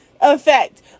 effect